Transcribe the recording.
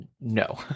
no